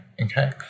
Okay